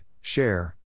Share